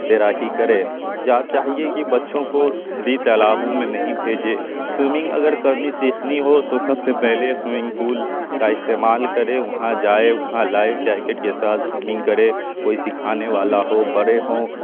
تیراکی کریں جا چاہیے کہ بچوں کو ندی تالابوں میں نہیں بھیجیں سوئمنگ اگر کرنی سیکھنی ہوں تو سب سے پہلے سوئمنگ پول کا استعمال کریں وہاں جائیں وہاں لائیو جیکٹ کے ساتھ سوئمنگ کریں کوئی سکھانے والا ہو بڑے ہوں